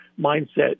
mindset